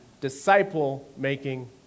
disciple-making